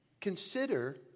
consider